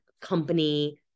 company